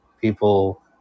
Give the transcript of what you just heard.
people